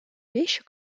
вещи